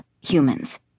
humans